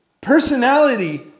Personality